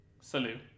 salute